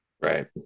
Right